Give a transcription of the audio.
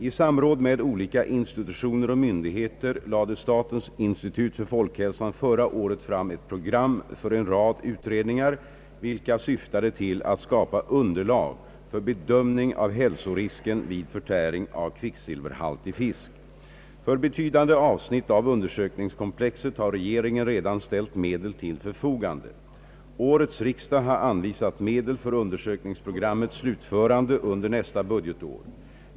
I samråd med olika institutioner och myndigheter lade statens institut för folkhälsan förra året fram ett program för en rad utredningar, vilka syftade till att skapa underlag för bedömning av hälsorisken vid förtäring av kvicksilverhaltig fisk. För betydande avsnitt av undersökningskomplexet har regeringen redan ställt medel till förfogande. Årets riksdag har anvisat medel för undersökningsprogrammets slutförande under nästa budgetår.